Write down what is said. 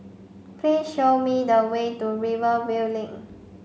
please show me the way to Rivervale Link